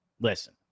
listen